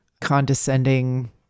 condescending